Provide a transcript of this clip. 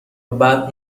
بعد